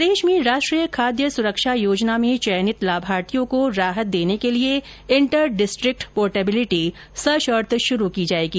प्रदेश में राष्ट्रीय खाद्य सुरक्षा योजना में चयनित लामार्थियों को राहत प्रदान करने के लिए इंटर डिस्ट्रिक्ट पोर्टेबिलिटी सशर्त शुरू की जाएगी